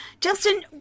Justin